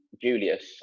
Julius